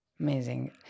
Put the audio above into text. Amazing